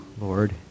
Lord